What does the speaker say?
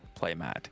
playmat